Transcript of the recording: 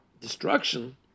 destruction